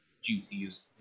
duties